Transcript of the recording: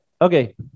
Okay